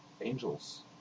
angels